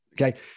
Okay